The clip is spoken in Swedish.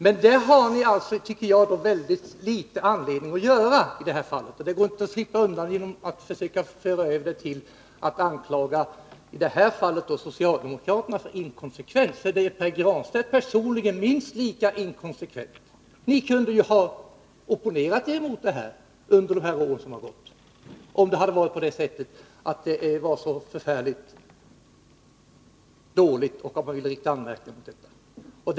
Men det har ni, tycker jag, mycket litet anledning att göra i det här fallet. Det går inte att slippa undan det genom att anklaga socialdemokraterna för inkonsekvens — Pär Granstedt personligen är minst lika inkonsekvent. Ni kunde ju ha opponerat er mot det här under de år som gått, om ni tyckte det var så förfärligt dåligt och ville rikta anmärkningar mot det.